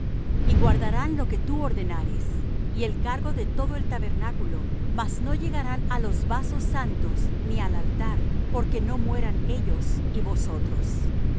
y guardarán lo que tú ordenares y el cargo de todo el tabernáculo mas no llegarán á los vasos santos ni al altar porque no mueran ellos y vosotros